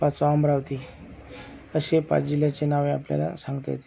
पाचवा अमरावती असे पाच जिल्ह्याचे नावे आपल्याला सांगता येतील